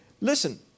Listen